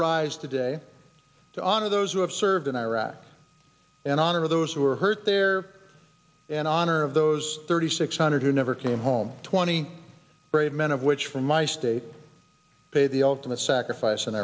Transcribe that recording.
rise today to honor those who have served in iraq and honor those who are hurt there and honor of those thirty six hundred who never came home twenty brave men of which from my state pay the ultimate sacrifice in